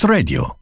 Radio